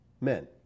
men